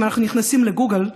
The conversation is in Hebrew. אם אנחנו נכנסים לגוגל,